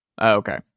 Okay